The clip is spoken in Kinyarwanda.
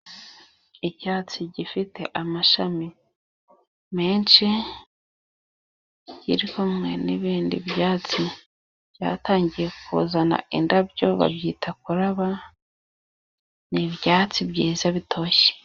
Icyatsi gifite amashami menshi kiri kumwe n'ibindi byatsi byatangiye kuzana indabyo, babyita kuraba. Ni ibyatsi byiza bitoshye.